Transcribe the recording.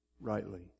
rightly